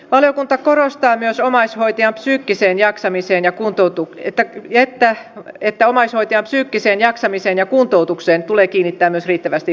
valiokunta korostaa myös omaishoitajan psyykkiseen jaksamiseen ja kuntoutuu keitä keitä että omaishoitajan psyykkiseen jaksamiseen ja kuntoutukseen tulee kiinnittää myös riittävästi huomiota